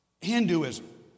Hinduism